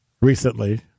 recently